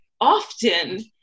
often